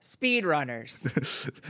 speedrunners